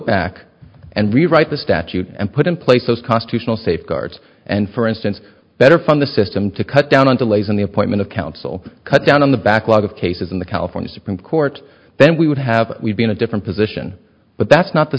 back and rewrite the statute and put in place those constitutional safeguards and for instance better from the system to cut down on delays in the appointment of counsel cut down on the backlog of cases in the california supreme court then we would have we'd be in a different position but that's not the